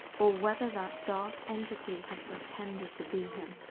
or whether that dark entity had pretended to be him,